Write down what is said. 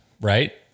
right